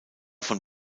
von